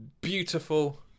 beautiful